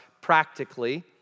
practically